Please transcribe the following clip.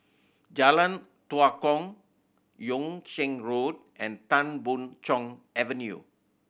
Jalan Tua Kong Yung Sheng Road and Tan Boon Chong Avenue